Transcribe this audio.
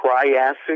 triassic